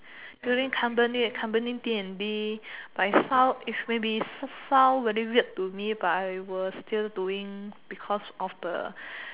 during company and company D and D but it sound it maybe sound very weird to me but I will still doing because of the